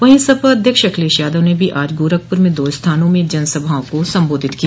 वहीं सपा अध्यक्ष अखिलेश यादव ने भी आज गोरखप्र में दो स्थानों में जनसभाओं को संबोधित किया